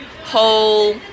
whole